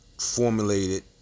formulated